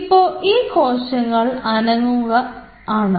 ഇപ്പോ ഈ കോശങ്ങൾ അനങ്ങുക ആണ്